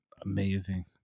amazing